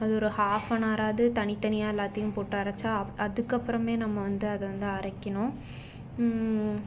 அது ஒரு ஹாஃப்பனாராவது தனித்தனியாக எல்லாத்தையும் போட்டு அரைச்சா அ அதுக்கப்புறமே நம்ம வந்து அதை வந்து அரைக்கணும்